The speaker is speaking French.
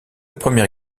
première